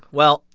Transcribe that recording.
well,